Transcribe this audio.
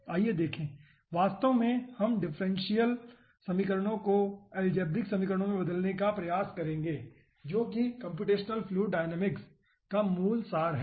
आइए देखें वास्तव में हम डिफरेंशियल समीकरणों को अलजेबरिक समीकरणों में बदलने का प्रयास करेंगे जो कि कम्प्यूटेशनल फ्लूइड डायनामिक्स का मूल सार है